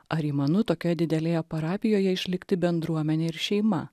ar įmanu tokioje didelėje parapijoje išlikti bendruomene ir šeima